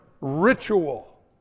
ritual